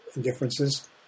differences